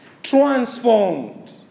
transformed